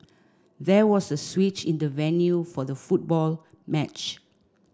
there was a switch in the venue for the football match